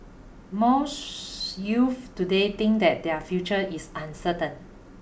most youths today think that their future is uncertain